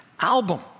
album